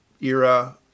era